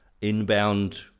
inbound